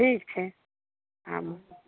ठीक छै आबू